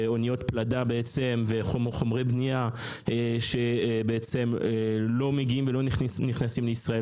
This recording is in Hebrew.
ואניות פלדה וחומרי בנייה שלא מגיעים ולא נכנסים לישראל,